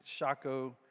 Shaco